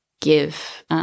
give –